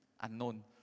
unknown